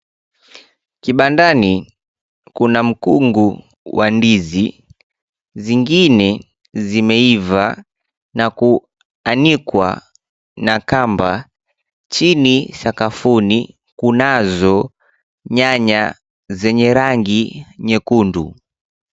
Kibandani kuna mkungu wa ndizi, zingine zimeiva na kuanikwa na kamba. Chini sakafuni kunazo nyanya zenye rangi nyekundu.